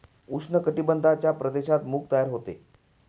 उष्ण कटिबंधाच्या प्रदेशात मूग तयार होते